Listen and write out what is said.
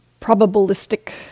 probabilistic